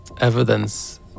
evidence